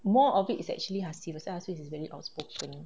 more of it is actually hasif because hasif is very outspoken